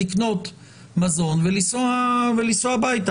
לקנות מזון ולנסוע הביתה.